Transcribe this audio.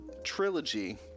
trilogy